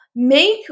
Make